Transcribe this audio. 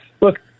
Look